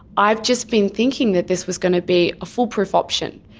i've just been thinking that this was going to be a foolproof option.